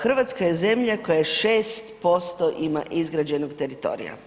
Hrvatska je zemlja koja 6% ima izgrađenog teritorija.